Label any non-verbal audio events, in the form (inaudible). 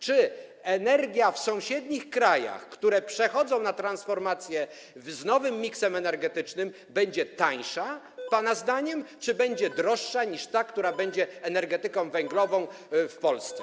Czy energia w sąsiednich krajach, które przechodzą na transformację, z nowym miksem energetycznym będzie tańsza, pana zdaniem, czy będzie droższa niż ta, (noise) która będzie związana z energetyką węglową w Polsce?